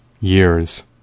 years